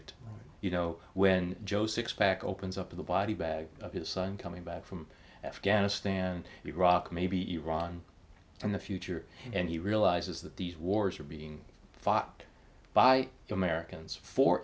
it you know when joe six pack opens up the body bag of his son coming back from afghanistan and iraq maybe iraq and the future and he realizes that these wars are being fought by americans for